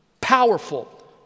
Powerful